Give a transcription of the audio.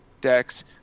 decks